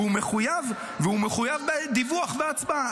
והוא מחויב בדיווח והצבעה.